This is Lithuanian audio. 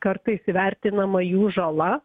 kartais įvertinama jų žala